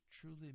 truly